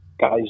guys